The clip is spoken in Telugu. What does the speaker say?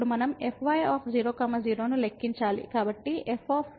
fy0 0 అంటే ఏమిటి